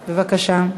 בבקשה.